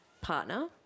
partner